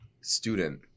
student